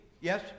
Yes